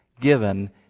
given